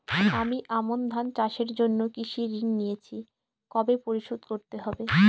আমি আমন ধান চাষের জন্য কৃষি ঋণ নিয়েছি কবে পরিশোধ করতে হবে?